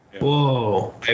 Whoa